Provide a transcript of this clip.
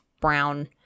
brown